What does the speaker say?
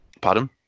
Pardon